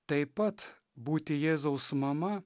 taip pat būti jėzaus mama